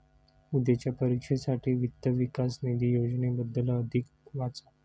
उद्याच्या परीक्षेसाठी वित्त विकास निधी योजनेबद्दल अधिक वाचा